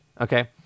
okay